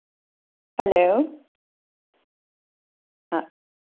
hello हां